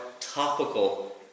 topical